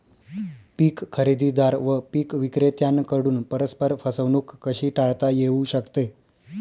पीक खरेदीदार व पीक विक्रेत्यांकडून परस्पर फसवणूक कशी टाळता येऊ शकते?